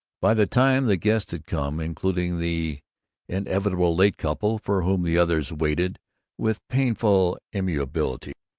by the time the guests had come, including the inevitable late couple for whom the others waited with painful amiability,